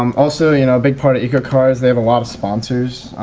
um also a you know big part of ecocar is they have a lot of sponsors.